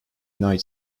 united